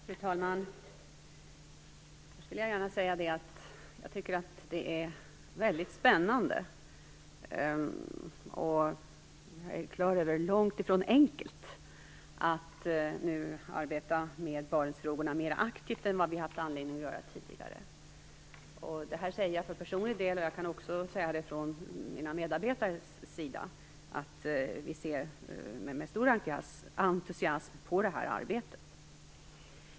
Fru talman! Först vill jag gärna säga att jag tycker att det är väldigt spännande men långtifrån enkelt att nu arbeta med Barentsfrågorna mer aktivt än vad vi har haft anledning att göra tidigare. Det här säger jag för personlig del, och jag kan också säga det för mina medarbetares del. Vi ser med stor entusiasm på det här arbetet.